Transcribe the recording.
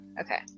Okay